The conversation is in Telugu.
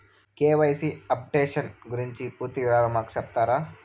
కె.వై.సి అప్డేషన్ గురించి పూర్తి వివరాలు మాకు సెప్తారా?